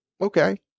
Okay